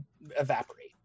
evaporate